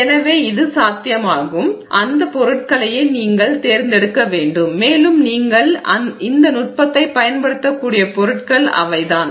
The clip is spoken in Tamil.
எனவே இது சாத்தியமாகும் அந்த பொருட்களையே நீங்கள் தேர்ந்தெடுக்க வேண்டும் மேலும் நீங்கள் இந்த நுட்பத்தை பயன்படுத்தக்கூடிய பொருட்கள் அவைதான்